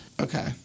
Okay